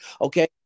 Okay